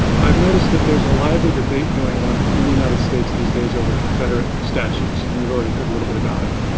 i've noticed that there's a lively debate going on in the united states these days over confederate statues. and you've already heard a little bit about it,